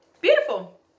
beautiful